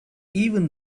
even